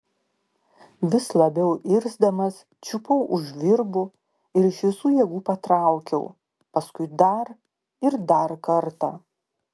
vis labiau irzdamas čiupau už virbų ir iš visų jėgų patraukiau paskui dar ir dar kartą